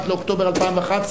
כן, אדוני.